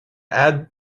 add